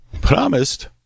Promised